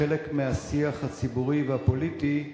כחלק מהשיח הציבורי והפוליטי,